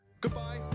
Goodbye